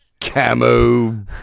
camo